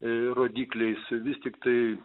ir rodyklei siuvi tiktai